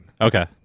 Okay